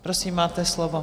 Prosím, máte slovo.